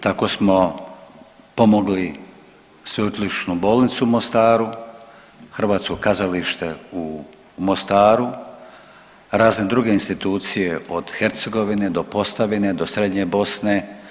Tako smo pomogli Sveučilišnu bolnicu u Mostaru, Hrvatsko kazalište u Mostaru, razne druge institucije od Hercegovine do Posavine, do Srednje Bosne.